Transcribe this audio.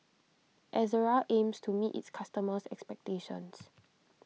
Ezerra aims to meet its customers' expectations